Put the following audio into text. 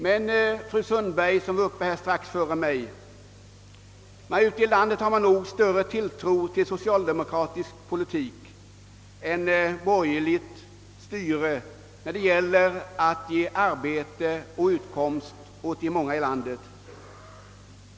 För fru Sundberg, som hade ordet strax före mig, vill jag framhålla att man ute bland folket nog hyser större tilltro till socialdemokratisk politik än till borgerligt styre när det gäller att ge arbete och utkomst åt de många i vårt land.